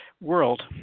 world